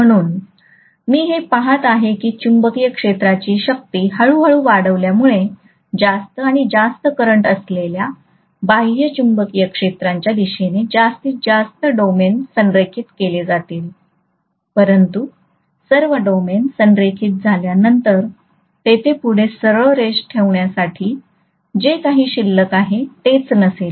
म्हणून मी हे पाहत आहे की चुंबकीय क्षेत्राची शक्ती हळूहळू वाढल्यामुळे जास्त आणि जास्त करंट असलेल्या बाह्य चुंबकीय क्षेत्राच्या दिशेने जास्तीत जास्त डोमेन संरेखित केले जातील परंतु सर्व डोमेन संरेखित झाल्यानंतर तेथे पुढे सरळ रेष ठेवण्यासाठी जे काही शिल्लक आहे तेच नसेल